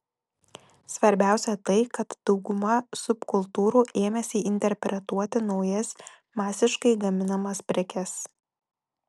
svarbiausia tai kad dauguma subkultūrų ėmėsi interpretuoti naujas masiškai gaminamas prekes